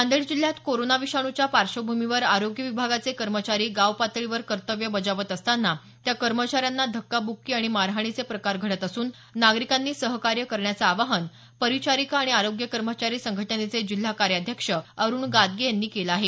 नांदेड जिल्ह्यात कोरोना विषाणूच्या पार्श्वभूमीवर आरोग्य विभागाचे कर्मचारी गावपातळीवर कर्तव्य बजावत असताना त्या कर्मचाऱ्यांना धक्काबुक्की आणि मारहाणीचे प्रकार घडत असून नागरिकांनी सहकार्य करण्याचं आवाहन परिचारिका आणि आरोग्य कर्मचारी संघटनेचे जिल्हा कार्याध्यक्ष अरुण गादगे यांनी केलं आहे